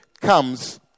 comes